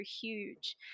huge